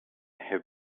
have